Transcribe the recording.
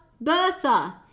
bertha